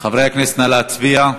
חברי הכנסת, נא להצביע.